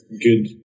good